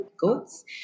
goats